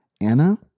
Anna